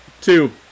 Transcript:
two